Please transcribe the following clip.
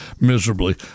miserably